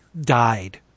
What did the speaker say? died